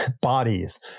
bodies